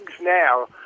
now